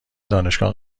دانشگاه